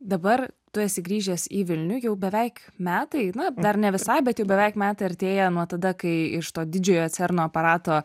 dabar tu esi grįžęs į vilnių jau beveik metai na dar ne visai bet jau beveik metai artėja nuo tada kai iš to didžiojo cerno aparato